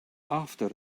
after